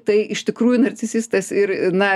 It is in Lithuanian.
tai iš tikrųjų narcisistas ir na